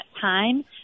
time